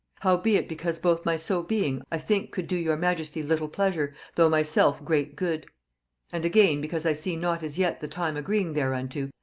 howbeit because both my so being i think could do your majesty little pleasure, though myself great good and again, because i see not as yet the time agreeing thereunto,